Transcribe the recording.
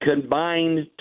Combined